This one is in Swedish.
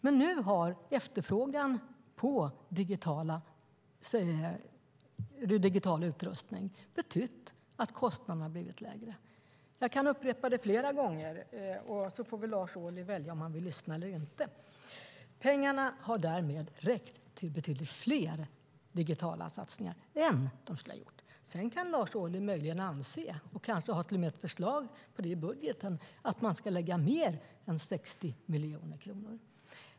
Men nu har efterfrågan på digital utrustning betytt att kostnaderna har blivit lägre. Jag kan upprepa det flera gånger, som får väl Lars Ohly välja om han vill lyssna eller inte: Pengarna har därmed räckt till betydligt fler digitala satsningar än de skulle ha gjort annars. Sedan kan Lars Ohly möjligen anse - och kanske till och med ha ett förslag på det i budgeten - att man ska anslå mer än 60 miljoner kronor.